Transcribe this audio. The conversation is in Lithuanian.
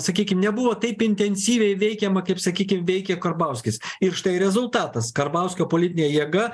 sakykim nebuvo taip intensyviai veikiama kaip sakykim veikė karbauskis ir štai rezultatas karbauskio politinė jėga